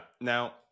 now